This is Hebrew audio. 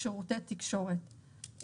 ייקבעו אזורי שירות ספציפיים אם מדובר בחקיקת משנה?